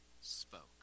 Spoke